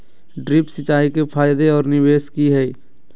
Drip सिंचाई के फायदे और निवेस कि हैय?